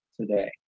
today